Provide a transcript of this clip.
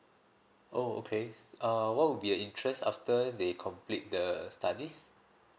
oh okay uh what would be the interest after they complete the studies